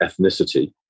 ethnicity